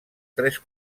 tres